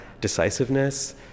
decisiveness